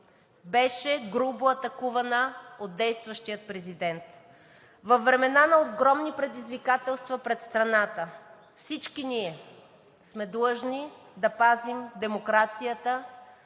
беше грубо атакувана от действащия президент. Във времена на огромни предизвикателства пред страната всички ние сме длъжни да пазим демокрацията